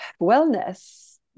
wellness